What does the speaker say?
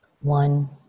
One